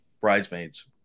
Bridesmaids